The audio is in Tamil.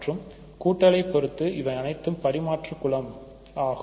மற்றும் கூட்டலை பொறுத்து இவை அனைத்தும் பரிமாற்று குலம் ஆகும்